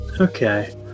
Okay